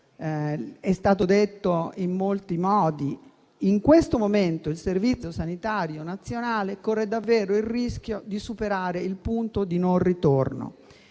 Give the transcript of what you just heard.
È stato detto in molti modi. In questo momento il Servizio sanitario nazionale corre davvero il rischio di superare il punto di non ritorno.